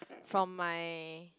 from my